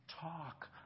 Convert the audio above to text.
Talk